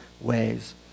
ways